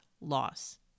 loss